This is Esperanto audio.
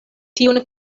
tiun